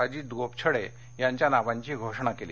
अजित गोपछडे यांच्या नावांची घोषणा केली